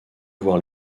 voir